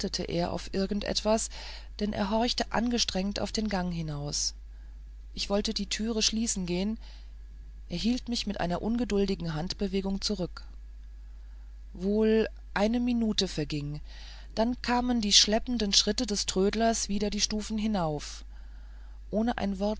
auf irgend etwas denn er horchte angestrengt auf den gang hinaus ich wollte die türe schließen gehen er hielt mich mit einer ungeduldigen handbewegung zurück wohl eine minute verging dann kamen die schleppenden schritte des trödlers wieder die stufen herauf ohne ein wort